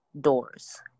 doors